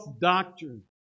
doctrine